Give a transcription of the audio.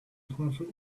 profit